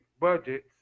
budgets